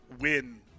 win